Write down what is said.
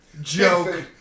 joke